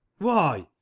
why,